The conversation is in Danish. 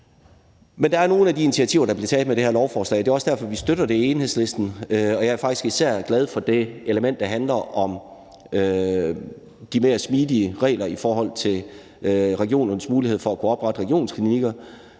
der er nogle af de initiativer, der bliver taget med det her lovforslag, og det er også derfor, vi støtter det i Enhedslisten. Jeg er faktisk især glad for det element, der handler om de mere smidige regler i forhold til regionernes mulighed for at kunne oprette regionsklinikker,